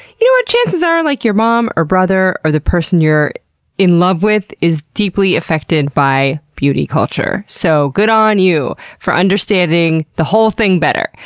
you know what? chances are like your mom, or brother, or the person you're in love with, is deeply affected by beauty culture. so, good on you for understanding the whole thing better.